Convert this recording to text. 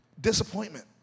disappointment